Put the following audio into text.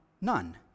none